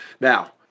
Now